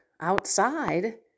outside